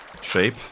shape